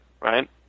right